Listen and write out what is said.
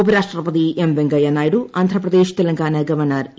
ഉപരാഷ്ട്രപതി M Venkaiah Naidu Andhra Pradesh Telangana governor E